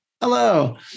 hello